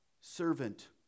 servant